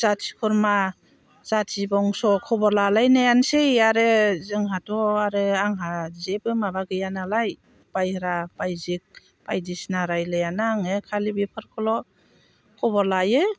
जाथि खुरमा जाथि बंस' खबर लालायनायानोसै आरो जोंहाथ' आरो आंहा जेबो माबा गैयानालाय बाहेरा बायजो बायदिसिना रायज्लायाना आङो खालि बेफोरखौल' खबर लायो